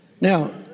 Now